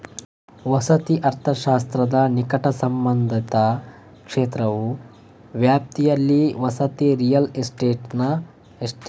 ವಸತಿ ಅರ್ಥಶಾಸ್ತ್ರದ ನಿಕಟ ಸಂಬಂಧಿತ ಕ್ಷೇತ್ರವು ವ್ಯಾಪ್ತಿಯಲ್ಲಿ ವಸತಿ ರಿಯಲ್ ಎಸ್ಟೇಟ್ ಮಾರುಕಟ್ಟೆಗಳ ಮೇಲೆ ಕೇಂದ್ರೀಕರಿಸುತ್ತದೆ